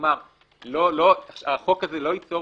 כלומר החוק הזה לא ייצור